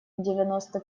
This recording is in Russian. девяносто